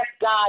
God